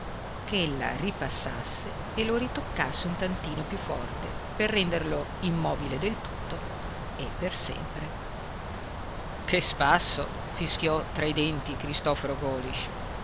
spaurita sospensione ch'ella ripassasse e lo ritoccasse un tantino più forte per renderlo immobile del tutto e per sempre che spasso fischiò tra i denti cristoforo